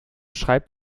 schreibt